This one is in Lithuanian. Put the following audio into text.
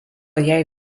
jai